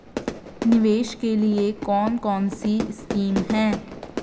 निवेश के लिए कौन कौनसी स्कीम हैं?